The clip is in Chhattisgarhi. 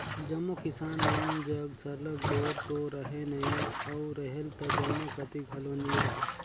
जम्मो किसान मन जग सरलग बोर तो रहें नई अउ रहेल त जम्मो कती घलो नी रहे